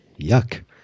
Yuck